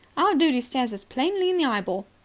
our duty stares us plainly in the eyeball.